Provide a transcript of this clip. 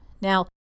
Now